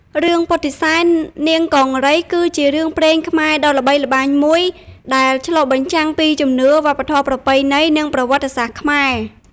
រឿង ពុទ្ធិសែននាងកង្រី គឺជារឿងព្រេងខ្មែរដ៏ល្បីល្បាញមួយ ដែលឆ្លុះបញ្ចាំងពីជំនឿ វប្បធម៌ប្រពៃណី និងប្រវត្តិសាស្ត្រខ្មែរ។